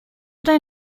dein